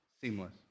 Seamless